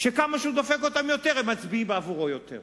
שכמה שהוא דופק אותם יותר הם מצביעים עבורו יותר?